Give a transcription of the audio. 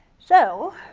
so,